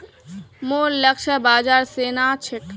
मोर लक्ष्य बाजार सोना छोक